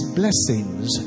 blessings